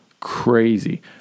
Crazy